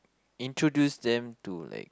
introduce them to like